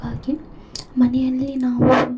ಹಾಗೆ ಮನೆಯಲ್ಲಿ ನಾವು